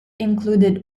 included